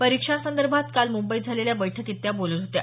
परिक्षांसंदर्भात काल मुंबईत झालेल्या बैठकीत त्या बोलत होत्या